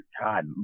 God